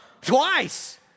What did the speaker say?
twice